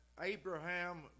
Abraham